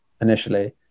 initially